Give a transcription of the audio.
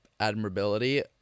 admirability